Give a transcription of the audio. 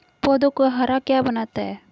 पौधों को हरा क्या बनाता है?